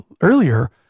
earlier